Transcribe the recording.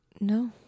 No